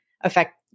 affect